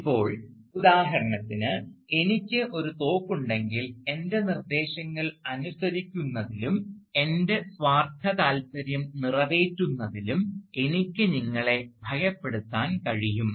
ഇപ്പോൾ ഉദാഹരണത്തിന് എനിക്ക് ഒരു തോക്കുണ്ടെങ്കിൽ എൻറെ നിർദ്ദേശങ്ങൾ അനുസരിക്കുന്നതിലും എൻറെ സ്വാർത്ഥ താൽപര്യം നിറവേറ്റുന്നതിലും എനിക്ക് നിങ്ങളെ ഭയപ്പെടുത്താൻ കഴിയും